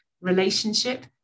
relationship